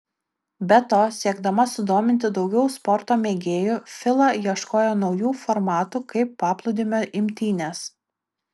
be to siekdama sudominti daugiau sporto mėgėjų fila ieškojo naujų formatų kaip paplūdimio imtynės